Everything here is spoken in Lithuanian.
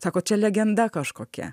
sako čia legenda kažkokia